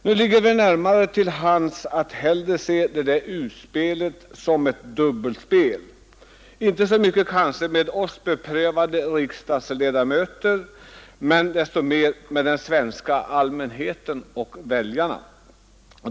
Nu ligger det väl närmare till hands att se det där utspelet som ett dubbelspel, kanske inte så mycket med oss beprövade riksdagsmän som med den svenska allmänheten och väljarna.